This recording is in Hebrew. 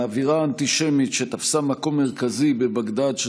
האווירה האנטישמית שתפסה מקום מרכזי בבגדאד של